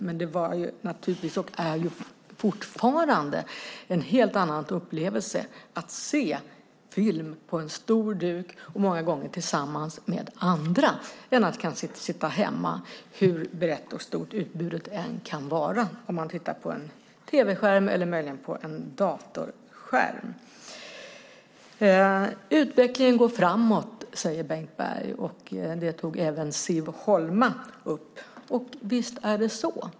Men det var och är naturligtvis fortfarande en helt annan upplevelse att se film på en stor duk och många gånger tillsammans med andra än att sitta hemma, hur brett och stort utbudet än kan vara, och titta på en tv-skärm eller möjligen på en datorskärm. Utvecklingen går framåt, säger Bengt Berg, och det tog även Siv Holma upp. Visst är det så.